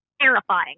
terrifying